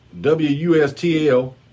WUSTL